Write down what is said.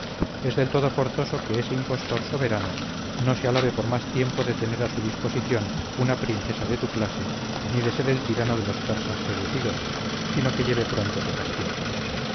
es del todo forzoso que ese impostor soberano no se alabe por más tiempo de tener a su disposición una princesa de tu clase ni de ser el tirano de los persas seducidos sino que lleve pronto su castigo